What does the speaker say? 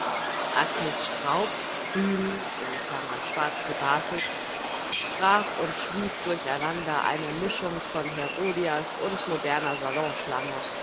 agnes straub grün schwarz gebatikt sprach und schwieg durcheinander eine mischung von herodias und moderner